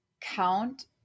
count